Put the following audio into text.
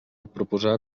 proposar